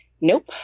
nope